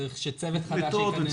צריך שצוות חדש ייכנס,